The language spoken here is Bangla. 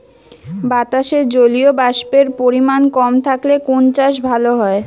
বাতাসে জলীয়বাষ্পের পরিমাণ কম থাকলে কোন চাষ ভালো হয়?